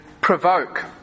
provoke